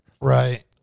Right